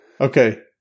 Okay